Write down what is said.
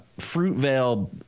Fruitvale